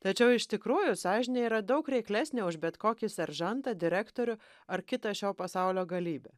tačiau iš tikrųjų sąžinė yra daug reiklesnė už bet kokį seržantą direktorių ar kitą šio pasaulio galybę